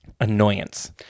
Annoyance